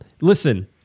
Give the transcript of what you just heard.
Listen